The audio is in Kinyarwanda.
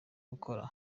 gukora